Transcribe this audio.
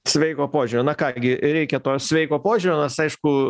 sveiko požiūrio na ką gi reikia to sveiko požiūrio aišku